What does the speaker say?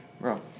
bro